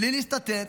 בלי להסתתר